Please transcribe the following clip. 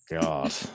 god